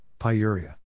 pyuria